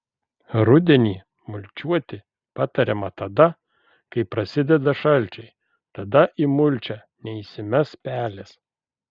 rudenį mulčiuoti patariama tada kai prasideda šalčiai tada į mulčią neįsimes pelės